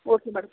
okay madam